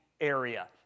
area